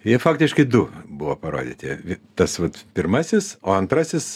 jie faktiškai du buvo parodyti tas vat pirmasis o antrasis